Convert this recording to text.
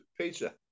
pizza